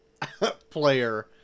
player